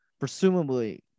presumably